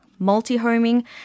multi-homing